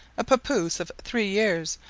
a papouse of three years,